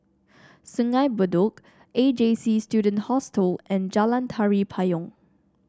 Sungei Bedok A J C Student Hostel and Jalan Tari Payong